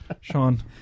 Sean